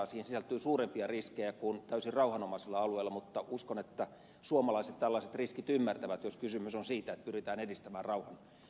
siihen sisältyy suurempia riskejä kuin täysin rauhanomaisilla alueilla mutta uskon että suomalaiset tällaiset riskit ymmärtävät jos kysymys on siitä että pyritään edistämään rauhanprosesseja